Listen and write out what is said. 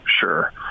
sure